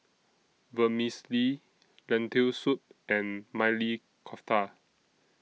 Vermicelli Lentil Soup and Maili Kofta